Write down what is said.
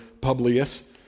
Publius